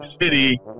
City